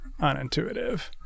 unintuitive